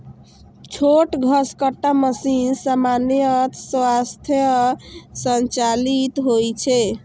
छोट घसकट्टा मशीन सामान्यतः स्वयं संचालित होइ छै